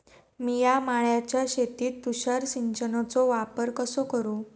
मिया माळ्याच्या शेतीत तुषार सिंचनचो वापर कसो करू?